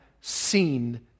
seen